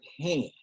hand